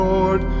Lord